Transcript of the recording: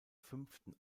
fünften